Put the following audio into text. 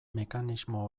mekanismo